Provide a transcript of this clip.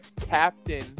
captain